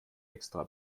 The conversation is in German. extra